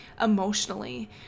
emotionally